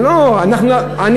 תפרט, תפרט.